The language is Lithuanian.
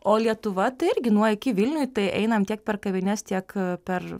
o lietuva tai irgi nuo iki vilniuj tai einam tiek per kavines tiek per